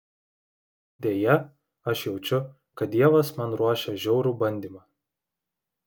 deja aš jaučiu kad dievas man ruošia žiaurų bandymą